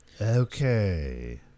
Okay